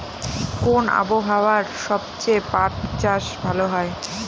কোন আবহাওয়ায় সবচেয়ে পাট চাষ ভালো হয়?